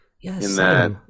Yes